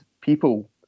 people